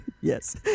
Yes